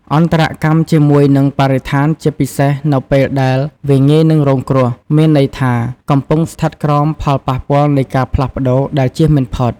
អន្តរកម្មជាមួយនឹងបរិស្ថានជាពិសេសនៅពេលដែលវាងាយនឹងរងគ្រោះ មានន័យថា កំពុងស្ថិតក្រោមផលប៉ះពាល់នៃការផ្លាស់ប្តូរដែលចៀសមិនផុត។